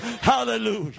Hallelujah